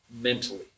mentally